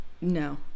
No